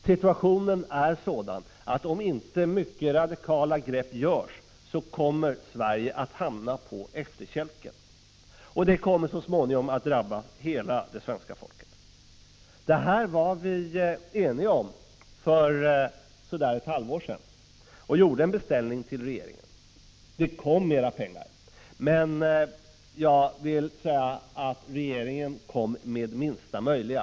Situationen är sådan att om inte mycket radikala grepp tas, så kommer Sverige att hamna på efterkälken, och det kommer så småningom att drabba hela svenska folket. Detta var vi eniga om för ungefär ett halvår sedan. Vi gjorde en beställning till regeringen. Det kom mera pengar. Men jag vill säga att regeringen kom med minsta möjliga.